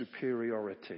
superiority